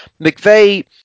McVeigh